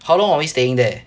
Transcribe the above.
how long are we staying there